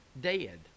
Dead